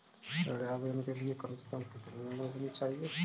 ऋण आवेदन के लिए कम से कम कितनी उम्र होनी चाहिए?